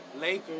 Lakers